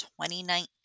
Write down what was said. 2019